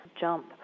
jump